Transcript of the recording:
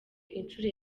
inshuro